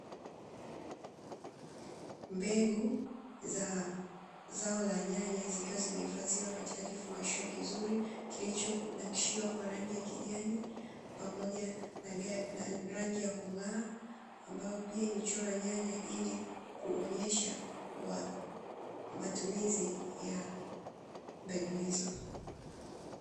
Mbegu za zao la nyanya zikiwa zimehifadhiwa katika kifungashio kizuri kilichonakshiwa kwa rangi ya kijani pamoja na rangi ya kung'aa, ambayo pia imechorwa nyanya ili kuonyesha matumizi ya mbegu hizo.